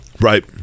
Right